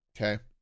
okay